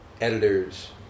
editors